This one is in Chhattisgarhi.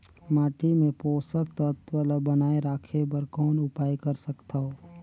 माटी मे पोषक तत्व ल बनाय राखे बर कौन उपाय कर सकथव?